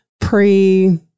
pre-